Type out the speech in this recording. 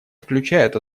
включают